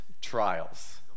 trials